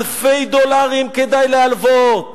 אלפי דולרים כדאי להלוות